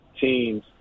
teams